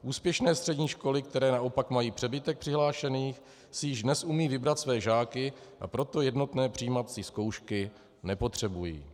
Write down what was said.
Úspěšné střední školy, které naopak mají přebytek přihlášených, si již dnes umějí vybrat své žáky, a proto jednotné přijímací zkoušky nepotřebují.